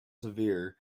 severe